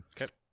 Okay